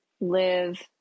live